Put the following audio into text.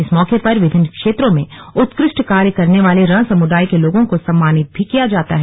इस मौके पर विभिन्न क्षेत्रों में उत्कृष्ट कार्य करने वाले रं समुदाय के लोगों को सम्मानित भी किया जाता है